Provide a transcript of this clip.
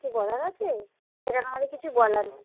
কিছু বলার আছে সেখানে আমাদের কিছু বলার নেই